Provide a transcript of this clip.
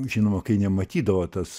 žinoma kai nematydavo tas